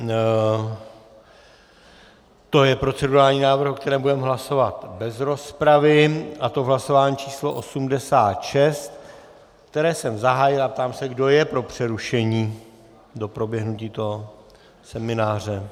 Dobře, to je procedurální návrh, o kterém budeme hlasovat bez rozpravy, a to v hlasování číslo 86, které jsem zahájil, a ptám se, kdo je pro přerušení do proběhnutí semináře.